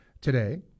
today